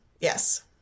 yes